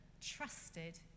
trusted